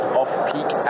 off-peak